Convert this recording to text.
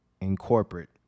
incorporate